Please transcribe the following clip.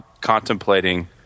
contemplating